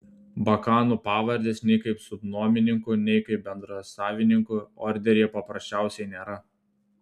bakanų pavardės nei kaip subnuomininkų nei kaip bendrasavininkų orderyje paprasčiausiai nėra